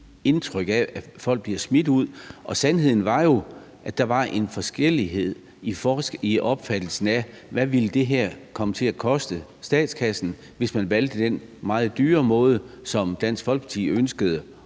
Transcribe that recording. indtryk af, at folk bliver smidt ud. Og sandheden var jo, at der var en forskellighed i opfattelsen af, hvad det her ville komme til at koste statskassen, hvis man valgte den meget dyre måde, som Dansk Folkeparti ønskede